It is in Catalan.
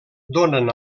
donen